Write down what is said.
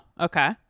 okay